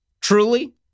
Truly